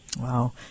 Wow